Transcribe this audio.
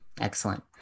Excellent